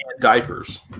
diapers